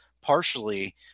partially